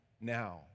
now